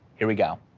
here we go.